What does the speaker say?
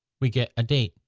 we get a date,